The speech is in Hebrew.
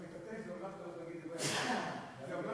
אדוני